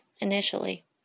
initially